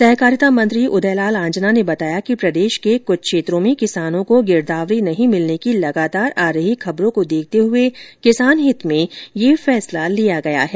सहकारिता मंत्री उदयलाल आंजना ने बताया कि प्रदेश के कुछ क्षेत्रों में किसानों को गिरदावरी नहीं मिलने की लगातार आ रही खबरों को देखते हुए किसान हित में ये फैसला लिया गया है